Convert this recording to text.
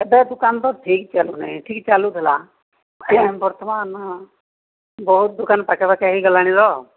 ଏବେ ଦୋକାନ ତ ଠିକ୍ ଚାଲୁନି ଠିକ୍ ଚାଲୁଥିଲା ବର୍ତ୍ତମାନ ବହୁତ ଦୋକାନ ପାଖାପାଖି ହୋଇଗଲାଣି ତ